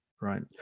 right